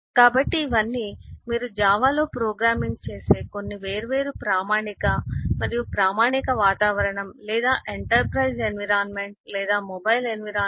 కాబట్టి ఇవన్నీ మీరు జావాలో ప్రోగ్రామింగ్ చేసే కొన్ని వేర్వేరు ప్రామాణిక మరియు ప్రామాణిక వాతావరణం లేదా ఎంటర్ప్రైజ్ ఎన్విరాన్మెంట్ లేదా మొబైల్ వాతావరణం